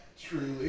Truly